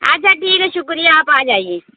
اچھا ٹھیک ہے شُکریہ آپ آجائیے